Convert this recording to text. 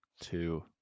two